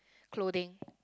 clothing